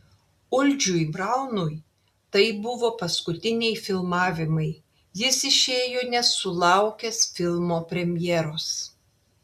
uldžiui braunui tai buvo paskutiniai filmavimai jis išėjo nesulaukęs filmo premjeros